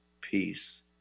peace